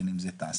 בין אם זו תעשייה,